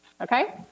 okay